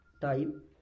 time